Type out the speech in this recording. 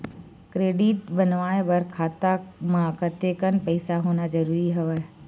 Credit बनवाय बर खाता म कतेकन पईसा होना जरूरी हवय?